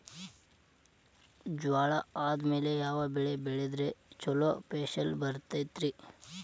ಜ್ವಾಳಾ ಆದ್ಮೇಲ ಯಾವ ಬೆಳೆ ಬೆಳೆದ್ರ ಛಲೋ ಫಸಲ್ ಬರತೈತ್ರಿ?